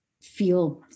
feel